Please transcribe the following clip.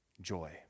Joy